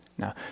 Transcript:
Now